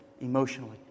emotionally